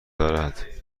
دارد